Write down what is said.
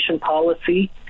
policy